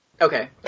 Okay